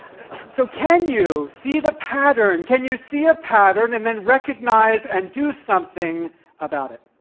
so can you see the pattern? can you see a pattern and then recognize and do something about it?